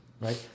right